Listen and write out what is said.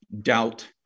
doubt